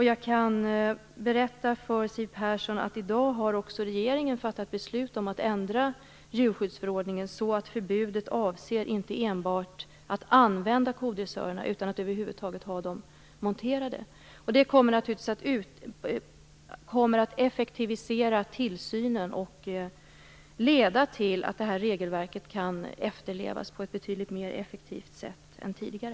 Jag kan berätta för Siw Persson att regeringen i dag också har fattat beslut om att ändra djurskyddsförordningen, så att det inte enbart är förbjudet att använda kodressörer utan också att över huvud taget ha dem monterade. Det kommer naturligtvis att effektivisera tillsynen och leda till att det här regelverket kan efterlevas på ett betydligt mer effektivt sätt än tidigare.